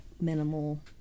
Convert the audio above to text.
minimal